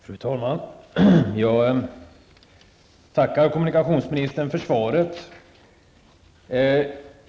Fru talman! Jag tackar kommunikationsministern för svaret.